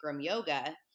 yoga